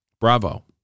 Bravo